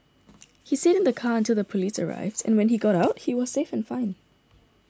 he stayed in the car until the police arrived and when he got out he was safe and fine